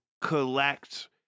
collect